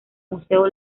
museo